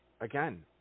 again